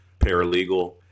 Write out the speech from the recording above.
paralegal